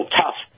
tough